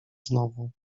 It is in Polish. znowu